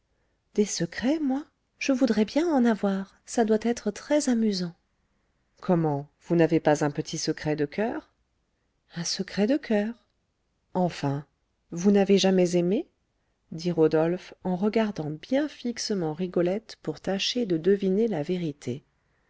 des secrets moi je voudrais bien en avoir ça doit être très-amusant comment vous n'avez pas un petit secret de coeur un secret de coeur enfin vous n'avez jamais aimé dit rodolphe en regardant bien fixement rigolette pour tâcher de deviner la vérité